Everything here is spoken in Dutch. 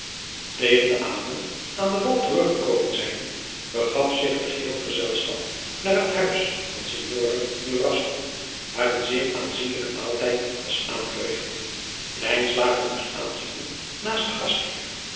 tegen den avond aan den wal teruggekomen zijnde begaf zich het geheel gezelschap naar het huis van signore durazzo waar een zeer aanzienlijke maaltijd was aangerigt lijnslager moest aanzitten naast den gastheer